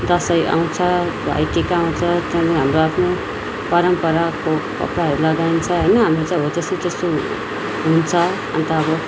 दसैँ आउँछ भाइटिका आउँछ त्यहाँदेखि हाम्रो आफ्नो परम्पराको कपडाहरू लगाइन्छ होइन हाम्रो चाहिँ हो त्यस्तो त्यस्तो हुन्छ अन्त अब